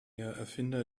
erfinder